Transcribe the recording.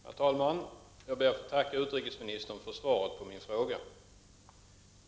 Herr talman! Jag ber att få tacka utrikesministern för svaret på min fråga.